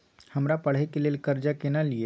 हमरा पढ़े के लेल कर्जा केना लिए?